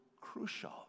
crucial